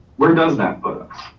where does that put us?